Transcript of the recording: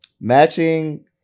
matching